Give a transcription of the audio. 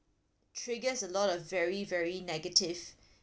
triggers a lot of very very negative